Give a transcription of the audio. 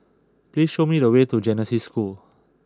please show me the way to Genesis School